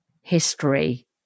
history